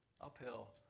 Uphill